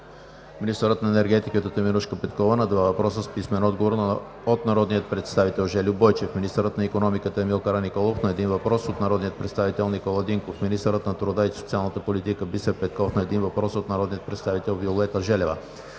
министърът на енергетиката Теменужка Петкова – на два въпроса с писмен отговор от народния представител Жельо Бойчев; - министърът на икономиката Емил Караниколов – на един въпрос от народния представител Никола Динков; - министърът на труда и социалната политика Бисер Петков – на един въпрос от народния представител Виолета Желева;